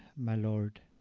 my lord.